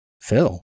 Phil